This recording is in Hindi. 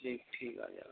जी ठीक आ जाए